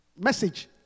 Message